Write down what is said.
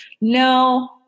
No